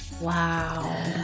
Wow